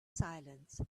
silence